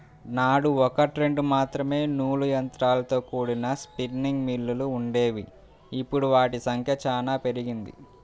నాడు ఒకట్రెండు మాత్రమే నూలు యంత్రాలతో కూడిన స్పిన్నింగ్ మిల్లులు వుండేవి, ఇప్పుడు వాటి సంఖ్య చానా పెరిగింది